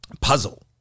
puzzle